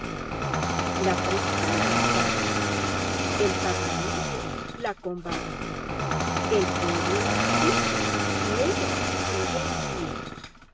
la prensa la ataca el parlamento la combate el pueblo la maldice y ella sigue en pie